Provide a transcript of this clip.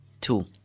two